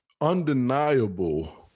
undeniable